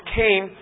came